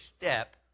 step